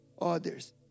others